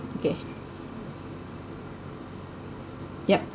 okay yup